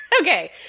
Okay